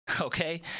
Okay